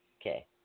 Okay